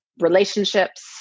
relationships